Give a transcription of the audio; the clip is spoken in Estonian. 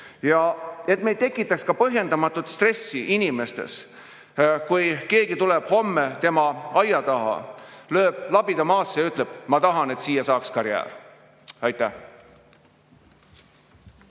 Ja et me ei tekitaks põhjendamatut stressi inimestes, kui keegi tuleb homme nende aia taha, lööb labida maasse ja ütleb: "Ma tahan, et siia saaks karjäär." Aitäh!